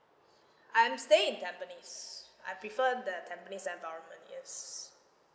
I'm staying in tampines I prefer the tampines environment yes